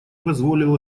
позволил